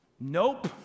Nope